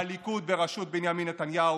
הליכוד בראשות בנימין נתניהו,